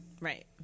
right